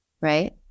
Right